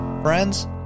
friends